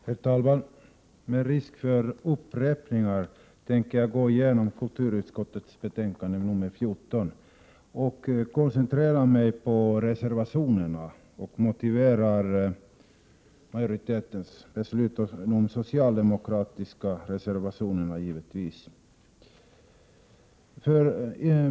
Herr talman! Med risk för upprepningar tänker jag gå igenom kulturutskottets betänkande nr 14. Jag koncentrerar mig på reservationerna och motiverar majoritetens ställningstaganden och givetvis även de socialdemokratiska reservationerna.